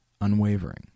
unwavering